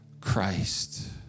Christ